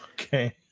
Okay